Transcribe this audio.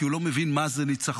כי הוא לא מבין מה זה ניצחון.